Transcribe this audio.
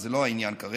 אבל זה לא העניין כרגע,